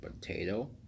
potato